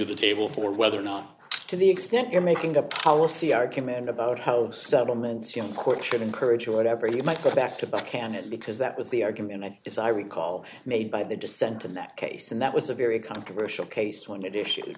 of the table for whether or not to the extent you're making a policy argument about how settlements your court should encourage or whatever you might go back to canada because that was the argument i as i recall made by the dissent in that case and that was a very controversial case when it issue